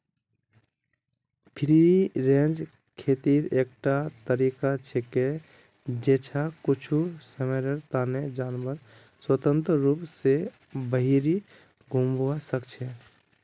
free range खेतीर एकटा तरीका छिके जैछा कुछू समयर तने जानवर स्वतंत्र रूप स बहिरी घूमवा सख छ